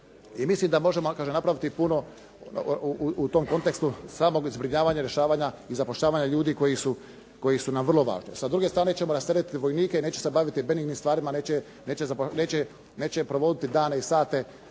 I mislim da možemo kaže napraviti puno u tom kontekstu samog zbrinjavanja rješavanja i zapošljavanja ljudi koji su nam vrlo važni. Sa druge strane ćemo rasteretiti vojnike i neće se baviti benignim stvarima, neće provoditi dane i sate